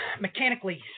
mechanically